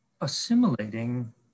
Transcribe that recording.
assimilating